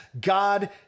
God